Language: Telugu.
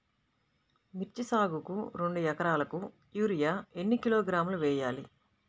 మిర్చి సాగుకు రెండు ఏకరాలకు యూరియా ఏన్ని కిలోగ్రాములు వేయాలి?